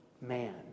man